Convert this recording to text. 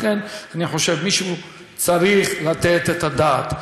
לכן, אני חושב שמישהו צריך לתת את הדעת.